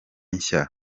nshya